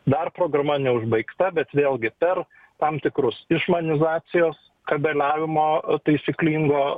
dar programa neužbaigta bet vėlgi per tam tikrus išmanizacijos kabeliavimo taisyklingo